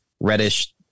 Reddish